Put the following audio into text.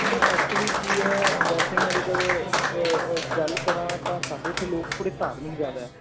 sir actually ਕੀ ਹੈ ਵੈਸੇ ਮੈਂ ਜੇਕਰ ਗੱਲ ਕਰਾਂ ਤਾਂ ਸਾਡੇ ਇੱਥੇ ਲੋਕ ਥੋੜ੍ਹੇ ਧਾਰਮਿਕ ਜ਼ਿਆਦਾ